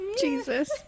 Jesus